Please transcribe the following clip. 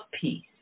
peace